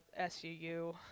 suu